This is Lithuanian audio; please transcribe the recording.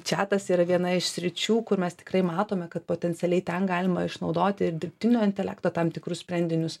čiatas yra viena iš sričių kur mes tikrai matome kad potencialiai ten galima išnaudoti ir dirbtinio intelekto tam tikrus sprendinius